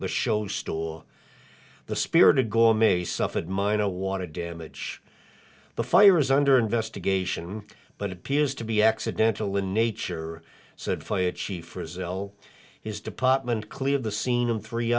the show store the spirit of gore may suffered minor want to damage the fire is under investigation but appears to be accidental in nature said fire chief or is ill his department clear of the scene and three